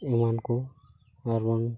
ᱮᱢᱟᱱ ᱠᱚ ᱟᱨᱵᱚᱱ